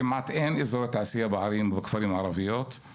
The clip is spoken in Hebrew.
כמעט אין אזורי תעשייה בערים ובכפרים הערביים,